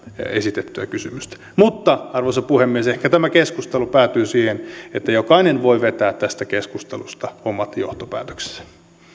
esitettyä kysymystä arvoisa puhemies ehkä tämä keskustelu päätyy siihen että jokainen voi vetää tästä keskustelusta omat johtopäätöksensä